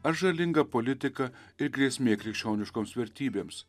ar žalinga politika ir grėsmė krikščioniškoms vertybėms